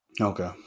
Okay